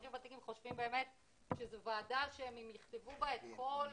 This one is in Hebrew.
האזרחים הוותיקים חושבים באמת שזו ועדה שהם יכתבו בה את כל הסיפור,